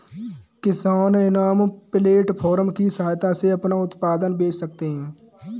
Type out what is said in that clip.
किसान इनाम प्लेटफार्म की सहायता से अपना उत्पाद बेच सकते है